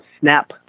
snap